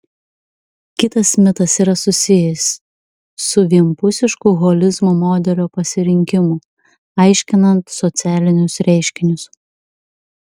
kitas mitas yra susijęs su vienpusišku holizmo modelio pasirinkimu aiškinant socialinius reiškinius